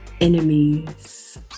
Enemies